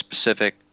specific